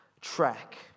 track